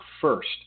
first